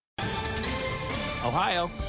Ohio